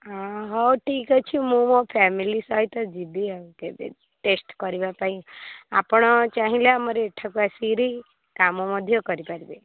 ହ ହଉ ଠିକ୍ ଆଛି ମୁଁ ମୋ ଫ୍ୟାମିଲି ସହିତ ଯିବି ଆଉ କେବେ ବି ଟେଷ୍ଟ୍ କରିବା ପାଇଁ ଆପଣ ଚାହିଁଲେ ଆମର ଏଠାକୁ ଆସିକରି କାମ ମଧ୍ୟ କରିପାରିବେ